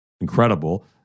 incredible